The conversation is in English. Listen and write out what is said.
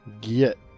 get